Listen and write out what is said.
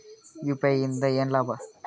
UPI ಇಂದ ಏನ್ ಲಾಭ?